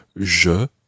je